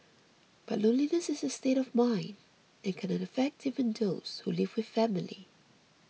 but loneliness is a state of mind and can affect even those who live with family